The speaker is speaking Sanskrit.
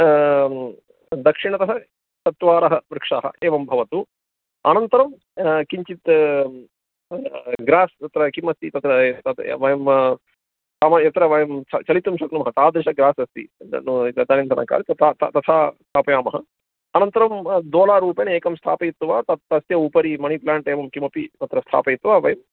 दक्षिणतः चत्वारः वृक्षाः एवं भवतु अनन्तरं किञ्चित् ग्रास् तत्र किमस्ति तत्र वयं सम यत्र वयं चलितुं शक्नुमः तादृशं ग्रास् अस्ति इदानीन्तनकाले त तथा स्थापयामः अनन्तरं दोलारूपेण एकं स्थापयित्वा त तस्य उपरि मणि प्लाण्ट् एवं किमपि तत्र स्थापयित्वा वयम्